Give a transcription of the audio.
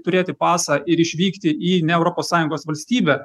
turėti pasą ir išvykti į ne europos sąjungos valstybę